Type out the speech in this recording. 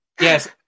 Yes